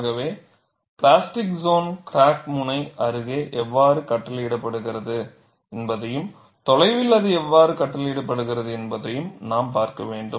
ஆகவே plastic zone crack முனை அருகே எவ்வாறு கட்டளையிடப்படுகிறது என்பதையும் தொலைவில் அது எவ்வாறு கட்டளையிடப்படுகிறது என்பதையும் நாம் பார்க்க வேண்டும்